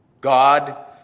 God